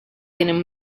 tienen